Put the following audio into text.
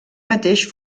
mateix